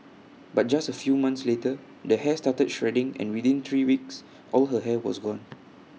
but just A few months later the hair started shedding and within three weeks all her hair was gone